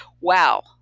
wow